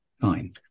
fine